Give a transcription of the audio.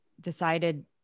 decided